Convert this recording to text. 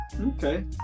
okay